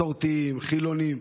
מסורתיים, חילונים.